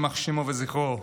יימח שמו וזכרו.